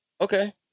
Okay